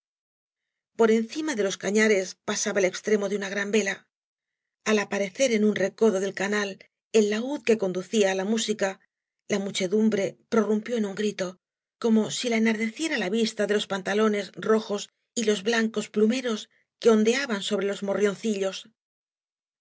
por encima de loa cañares pasaba ei extremo de una gran vela al aparecer en un recodo del canal el laúd que conducía á la música la muchedumbre prorrumpió en un grfto como si la enardeciera la vista de los pantalones rojos y loa blancos plumeros que ondeaban sobre loa